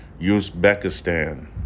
Uzbekistan